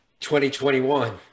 2021